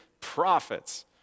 prophets